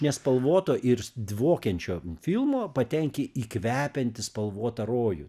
nespalvoto ir dvokiančio filmo patenki į kvepiantį spalvotą rojų